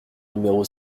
numéro